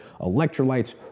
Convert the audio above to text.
electrolytes